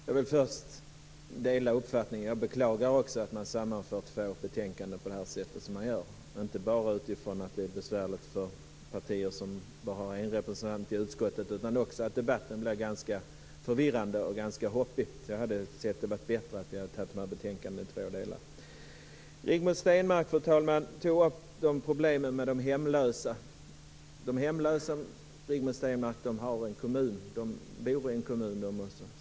Fru talman! Först vill jag säga att jag delar Rigmor Stenmarks uppfattning. Också jag beklagar alltså att man sammanfört två betänkanden på det sätt som man gjort. Det är inte bara så att det är besvärligt för de partier som har endast en representant i utskottet, utan debatten blir också ganska förvirrande och hoppig. Jag menar att det hade varit bättre att ta betänkandena i två delar. Rigmor Stenmark tog upp problemen med de hemlösa men de hemlösa bor också i en kommun.